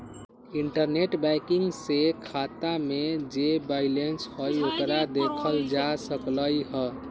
internet banking से खाता में जे बैलेंस हई ओकरा देखल जा सकलई ह